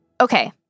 Okay